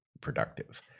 productive